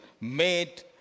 made